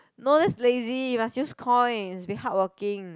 no that's lazy must use coin be hardworking